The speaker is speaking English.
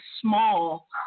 small